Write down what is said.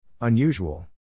Unusual